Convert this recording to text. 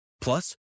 Plus